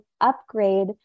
upgrade